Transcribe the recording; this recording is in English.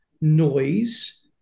noise